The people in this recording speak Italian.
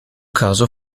caso